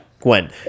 gwen